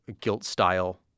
gilt-style